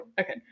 Okay